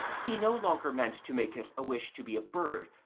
he no longer meant to make it a wish to be a bird,